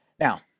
Now